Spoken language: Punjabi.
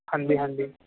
ਹਾਂਜੀ ਹਾਂਜੀ